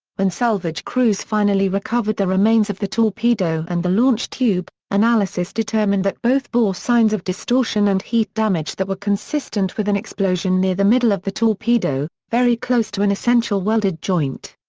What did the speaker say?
when salvage crews finally recovered the remains of the torpedo and the launch tube, analysis determined that both bore signs of distortion and heat damage that were consistent with an explosion near the middle of the torpedo, very close to an essential welded joint.